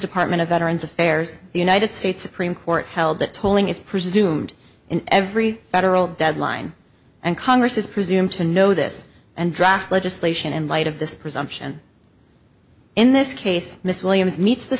department of veterans affairs the united states supreme court held that tolling is presumed in every federal deadline and congress is presume to know this and draft legislation in light of this presumption in this case miss williams meets the